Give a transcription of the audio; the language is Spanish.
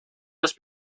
dos